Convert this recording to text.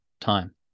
time